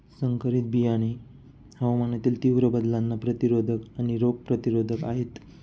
संकरित बियाणे हवामानातील तीव्र बदलांना प्रतिरोधक आणि रोग प्रतिरोधक आहेत